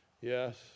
yes